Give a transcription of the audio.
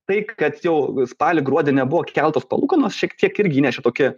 tai kad jau spalį gruodį nebuvo keltos palūkanos šiek tiek irgi įnešė tokį